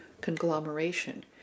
conglomeration